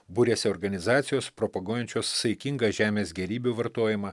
buriasi organizacijos propaguojančios saikingą žemės gėrybių vartojimą